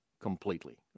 completely